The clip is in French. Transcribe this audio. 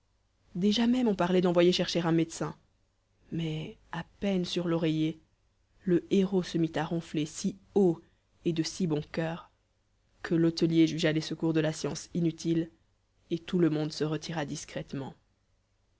déjà même on parlait d'envoyer chercher un médecin mais à peine sur l'oreiller le héros se mit à ronfler si haut et de si bon coeur que l'hôtelier jugea les secours de la science inutiles et tout le monde se retira discrètement